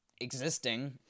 existing